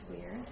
weird